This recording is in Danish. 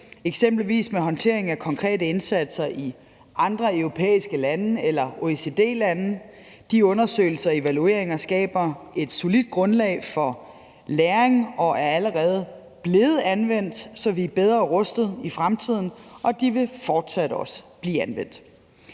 eksempelvis med håndteringen af konkrete indsatser i andre europæiske lande eller OECD-lande. De undersøgelser og evalueringer skaber et solidt grundlag for læring, og de er allerede blevet anvendt, så vi er bedre rustet i fremtiden, og de vil fortsat også blive anvendt.